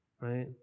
Right